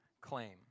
claim